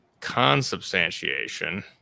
consubstantiation